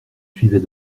suivait